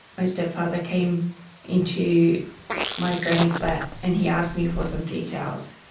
my step-father, came into my granny flat and he asked me for some tea towels.